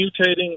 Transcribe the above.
mutating